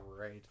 right